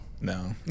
No